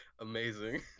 amazing